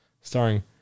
Starring